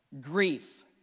grief